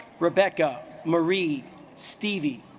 rebecca murray stevie